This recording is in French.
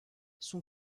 son